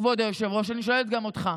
כבוד היושב-ראש, אני שואלת גם אותך: